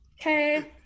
Okay